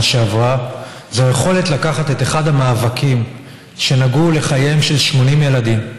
שעברה זה היכולת לקחת את אחד המאבקים שנגעו לחייהם של 80 ילדים,